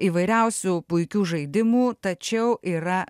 įvairiausių puikių žaidimų tačiau yra